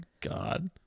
God